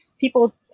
people